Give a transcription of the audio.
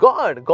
God